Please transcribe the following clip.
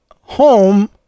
home